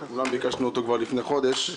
אמנם ביקשנו אותו כבר לפני חודש.